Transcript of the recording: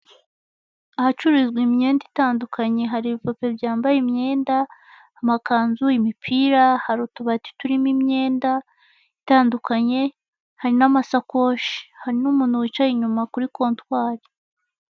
Ahacururizwa imyenda itandukanye hari ibipupe byambaye imyenda, amakanzu, imipira, hari utubati turimo imyenda itandukanye, hari n'amasakoshi, hari n'umuntu wicaye inyuma kuri kontwari.